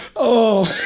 oh